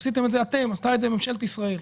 עשיתם את זה אתם, עשתה את זה ממשלת ישראל.